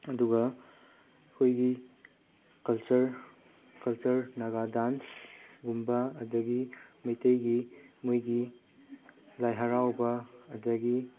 ꯑꯗꯨꯒ ꯑꯩꯈꯣꯏꯒꯤ culture culture ꯅꯥꯒꯥ ꯗꯥꯟꯁꯀꯨꯝꯕ ꯑꯗꯒꯤ ꯃꯩꯇꯩꯒꯤ ꯃꯣꯏꯒꯤ ꯂꯥꯏ ꯍꯔꯥꯎꯕ ꯑꯗꯒꯤ